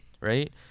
right